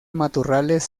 matorrales